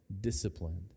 disciplined